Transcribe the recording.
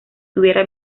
tuviera